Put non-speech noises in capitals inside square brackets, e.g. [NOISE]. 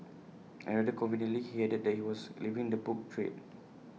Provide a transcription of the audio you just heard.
and rather conveniently he added that he was leaving the book trade [NOISE]